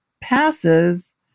passes